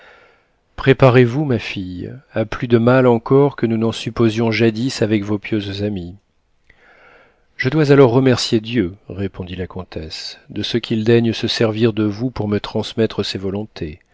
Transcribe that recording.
préparez-vous ma fille à plus de mal encore que nous n'en supposions jadis avec vos pieuses amies je dois alors remercier dieu répondit la comtesse de ce qu'il daigne se servir de vous pour me transmettre ses volontés